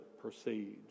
proceeds